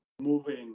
moving